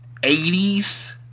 80s